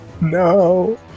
No